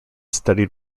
studied